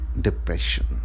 depression